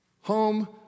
Home